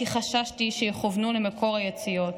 כי חששתי שיכוונו למקור היציאות.